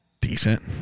decent